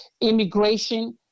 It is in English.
immigration